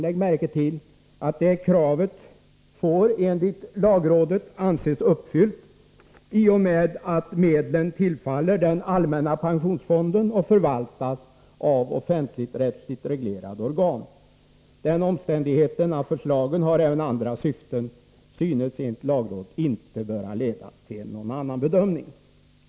Lägg märke till att det kravet får enligt lagrådet anses uppfyllt i och med att medlen tillfaller den allmänna pensionsfonden och förvaltas av offentligrättsligt reglerade organ. Den omständigheten att förslagen även har andra syften synes enligt lagrådet inte böra leda till någon annan bedömning.